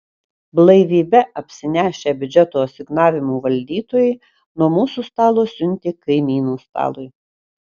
blaivybe apsinešę biudžeto asignavimų valdytojai nuo mūsų stalo siuntė kaimynų stalui